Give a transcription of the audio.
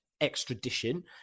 extradition